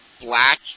Black